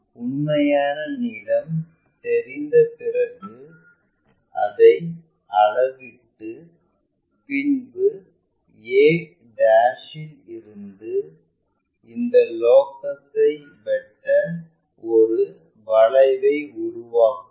உண்மையான நீளம் தெரிந்த பிறகு அதை அளவிட்டு பின் a இல் இருந்து இந்த லோகசை வெட்ட ஒரு வளைவை உருவாக்கவும்